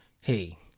hey